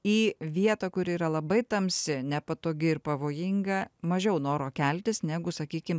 į vietą kuri yra labai tamsi nepatogi ir pavojinga mažiau noro keltis negu sakykim